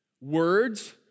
words